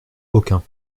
aucun